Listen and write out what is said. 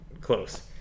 close